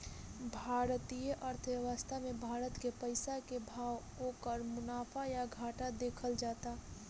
भारतीय अर्थव्यवस्था मे भारत के पइसा के भाव, ओकर मुनाफा या घाटा देखल जाता